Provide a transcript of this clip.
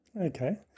Okay